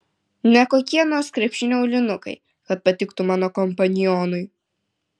ne kokie nors krepšinio aulinukai kad patiktų mano kompanionui